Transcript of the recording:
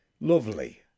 Lovely